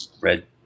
red